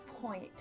point